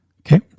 Okay